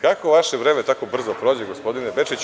Kako vaše vreme tako brzo prođe, gospodine Bečiću?